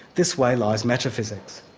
this way lies metaphysics.